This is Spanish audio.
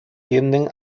tienden